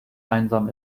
einsam